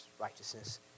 righteousness